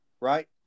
right